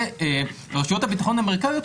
שרשויות הביטחון האמריקאיות,